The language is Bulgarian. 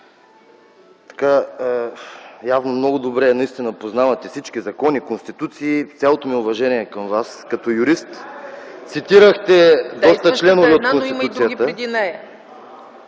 явно много добре наистина познавате всички закони, конституции. С цялото ми уважение към Вас като юрист, цитирахте доста членове от Конституцията.